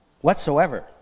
whatsoever